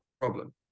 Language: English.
problem